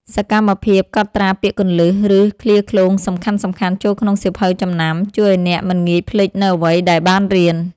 សកម្មភាពកត់ត្រាពាក្យគន្លឹះ ឬឃ្លាឃ្លោងសំខាន់ៗចូលក្នុងសៀវភៅចំណាំ ជួយឱ្យអ្នកមិនងាយភ្លេចនូវអ្វីដែលបានរៀន។